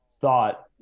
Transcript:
thought